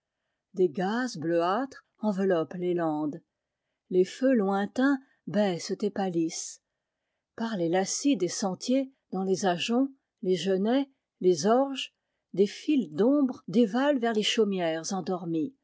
des gazes bleuâtres enveloppent les landes les feux lointains baissent et pâlissent par les lacis des sentiers dans les ajoncs les genêts les orges des files d'ombres dévalent vers les c aumières endormies